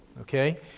Okay